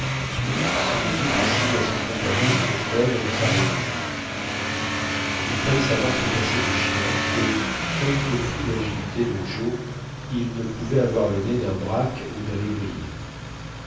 kennedy fit signe à son compagnon de se taire et de s'arrêter il fallait savoir se passer de chiens et quelle que fût l'agilité de joe il ne pouvait avoir le nez dun braque ou d'un lévrier